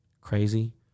crazy